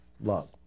love